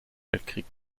weltkrieg